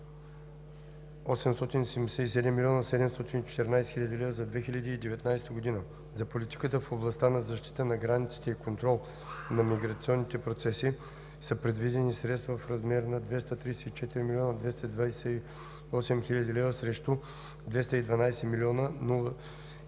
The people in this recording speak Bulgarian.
877 млн. 714 хил. лв. за 2019 г. За политиката в областта на защитата на границите и контрол на миграционните процеси са предвидени средства в размер на 234 млн. 228 хил. 200 лв. срещу 212 млн. 48 хил.